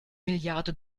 milliarde